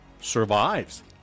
survives